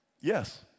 Yes